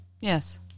yes